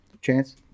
Chance